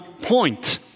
point